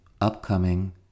upcoming